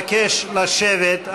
חברי הכנסת, אבקש לשבת.